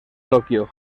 tokio